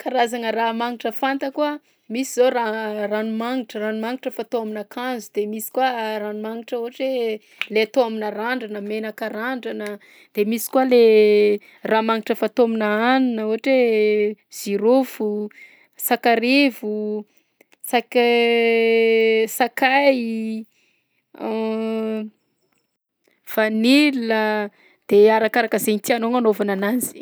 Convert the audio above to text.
Karazagna raha magnitra fantako a: misy zao ra- ranomagnitra- ranomagnitra fatao amin'ankanzo de misy koa ranomagnitra ohatra hoe le atao aminà randrana: menaka randrana, de misy koa le raha magnitra fatao aminà hanina ohatra hoe: zirofo, sakarivo, sak- sakay, vanila, de arakaraka zaigny tianao agnanaovana ananzy.